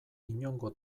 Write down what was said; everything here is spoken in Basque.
inongo